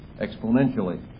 exponentially